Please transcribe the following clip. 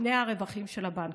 לפני הרווחים של הבנקים.